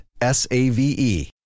S-A-V-E